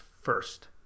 first